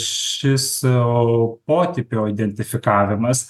šis potipio identifikavimas